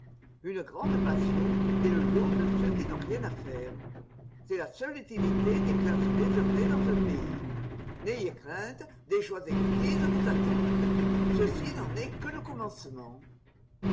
une grande passion est le lot de ceux qui n'ont rien à faire c'est la seule utilité des classes désœuvrées dans un pays n'ayez crainte des joies exquises vous attendent ceci n'en est que le commencement